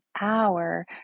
hour